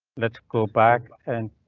let's go back and.